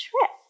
trip